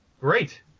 Great